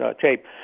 tape